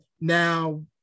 Now